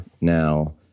Now